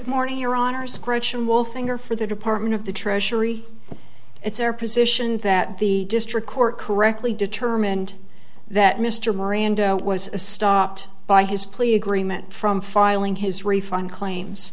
morning your honor scratch an wolfinger for the department of the treasury it's their position that the district court correctly determined that mr miranda was stopped by his plea agreement from filing his refund claims